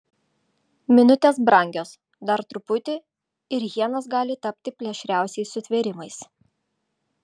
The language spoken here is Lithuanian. minutės brangios dar truputį ir hienos gali tapti plėšriausiais sutvėrimais